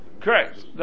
Correct